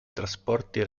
trasporti